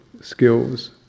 skills